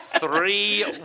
Three